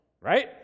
Right